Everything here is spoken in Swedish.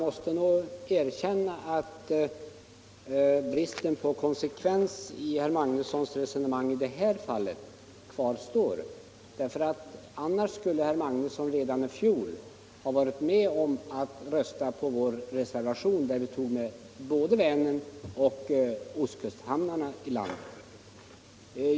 Herr talman! Bristen på konsekvens i resonemanget hos herr Magnusson i Kristinehamn kvarstår. Annars skulle herr Magnusson redan i fjol ha varit med om att rösta på vår reservation, där vi tog med både Vänern och ostkusthamnarna.